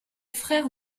frère